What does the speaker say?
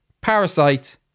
Parasite